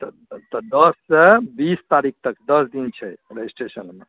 तऽ दस सँ बीस तारीख तक दस दिन छै रजिस्ट्रेशनमे